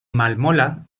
malmola